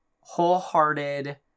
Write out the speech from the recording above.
wholehearted